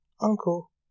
uncle